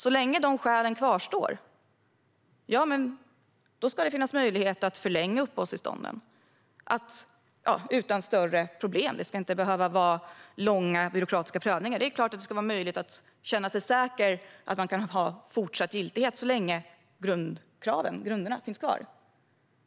Så länge dessa skäl kvarstår ska det finnas möjlighet att förlänga uppehållstillståndet utan större problem. Det ska inte behöva vara långa byråkratiska prövningar. Det är klart att det ska vara möjligt att känna sig säker och att uppehållstillståndet ska ha fortsatt giltighet så länge grunderna finns kvar.